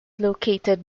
located